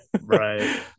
Right